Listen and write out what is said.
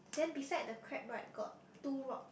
then beside the crab right got two rock